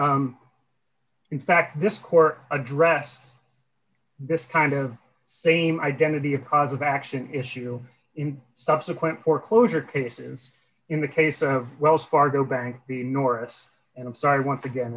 that in fact this court address this kind of same identity a cause of action issue in subsequent foreclosure cases in the case of wells fargo bank the norris and i'm sorry once again